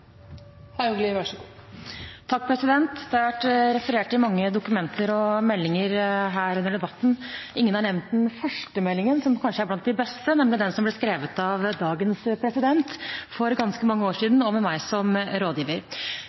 Det har vært referert til mange dokumenter og meldinger i denne debatten. Ingen har nevnt den første meldingen, som kanskje er blant de beste, nemlig den som ble skrevet av dagens president for ganske mange år siden og med meg som rådgiver.